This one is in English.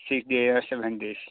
six days or seven days